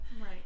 Right